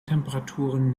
temperaturen